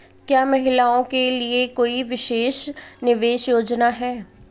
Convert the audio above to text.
क्या महिलाओं के लिए कोई विशेष निवेश योजना है?